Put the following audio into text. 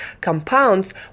compounds